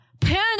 Panda